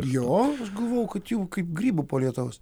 jo o aš galvoju kad jų kaip grybų po lietaus